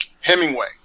Hemingway